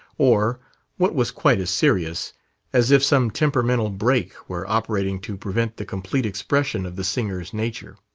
or what was quite as serious as if some temperamental brake were operating to prevent the complete expression of the singer's nature.